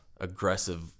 aggressive